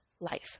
life